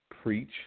preach